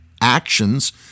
actions